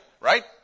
Right